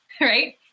right